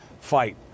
fight